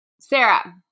Sarah